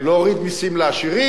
להוריד מסים לעשירים,